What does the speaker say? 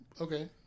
Okay